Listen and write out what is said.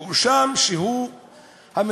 הוא הואשם שהוא המפגע,